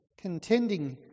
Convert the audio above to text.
contending